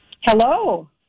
Hello